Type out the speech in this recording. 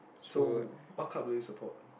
so what club do you support